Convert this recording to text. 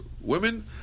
women